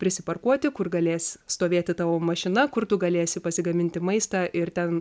prisiparkuoti kur galės stovėti tavo mašina kur tu galėsi pasigaminti maistą ir ten